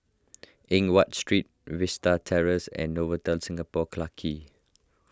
Eng Watt Street Vista Terrace and Novotel Singapore Clarke Quay